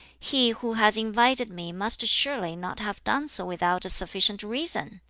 he who has invited me must surely not have done so without a sufficient reason!